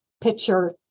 picture